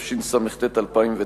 התשס"ט 2009,